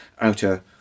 outer